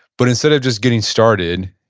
but instead of just getting started,